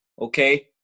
Okay